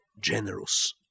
generous